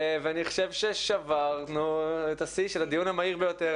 הצבעה בעד אחד אושר ואני חושב ששברנו את השיא של הדיון המהיר ביותר.